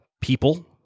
people